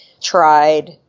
tried